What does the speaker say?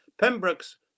Pembroke's